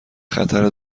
خطر